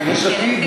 הקיימת.